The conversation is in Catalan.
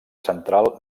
central